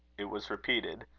it was repeated.